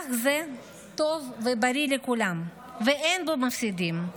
מהלך זה טוב ובריא לכולם, ואין בו מפסידים: